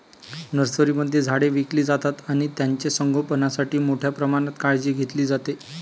नर्सरीमध्ये झाडे विकली जातात आणि त्यांचे संगोपणासाठी मोठ्या प्रमाणात काळजी घेतली जाते